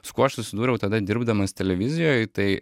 su kuo aš susidūriau tada dirbdamas televizijoj tai